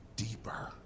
deeper